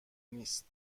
نیست